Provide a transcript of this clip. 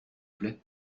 plaît